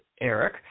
Eric